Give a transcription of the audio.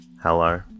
Hello